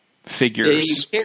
Figures